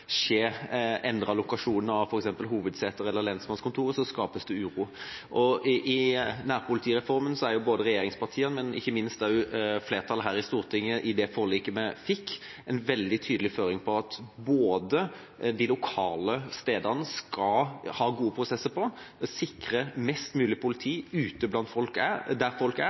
uro. Og i nærpolitireformen ga jo både regjeringspartiene og ikke minst flertallet her i Stortinget i det forliket vi fikk, en veldig tydelig føring på at de lokale stedene både skal ha gode prosesser på å sikre mest mulig politi ute der folk er,